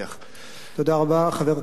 חבר הכנסת מגלי והבה,